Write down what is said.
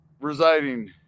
residing